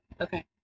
Okay